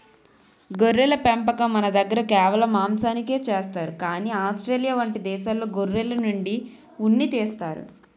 గొర్రెల పెంపకం మనదగ్గర కేవలం మాంసానికే చేస్తారు కానీ ఆస్ట్రేలియా వంటి దేశాల్లో గొర్రెల నుండి ఉన్ని తీస్తారు